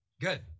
good